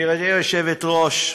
גברתי היושבת-ראש,